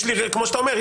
כמו שאתה אומר,